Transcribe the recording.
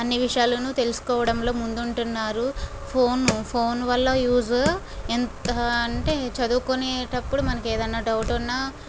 అన్ని విషయాలు తెలుసుకోవడంలో ముందు ఉంటున్నారు ఫోన్ ఫోన్ వల్ల యూజ్ ఎంతా అంటే చదువుకునేటప్పుడు మనకు ఏదన్నా డౌట్ ఉన్న